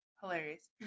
hilarious